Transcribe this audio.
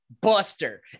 buster